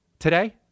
Today